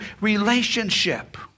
relationship